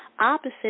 opposite